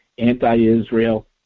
anti-Israel